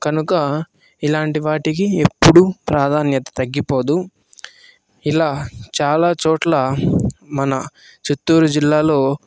కనుక ఇలాంటివాటికి ఎప్పుడూ ప్రాధాన్యత తగ్గిపోదు ఇలా చాలా చోట్ల మన చిత్తూరు జిల్లాలో